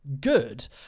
good